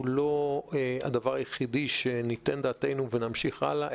הוא לא הדבר היחידי שניתן עליו דעתנו ונמשיך הלאה,